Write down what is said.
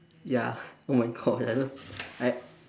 ya oh my god I love I